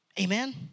Amen